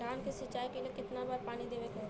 धान की सिंचाई के लिए कितना बार पानी देवल के होखेला?